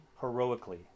heroically